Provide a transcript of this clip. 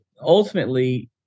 ultimately